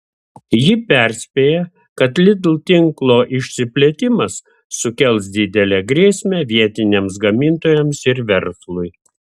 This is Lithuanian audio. ji perspėja kad lidl tinklo išsiplėtimas sukels didelę grėsmę vietiniams gamintojams ir verslui